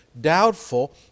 doubtful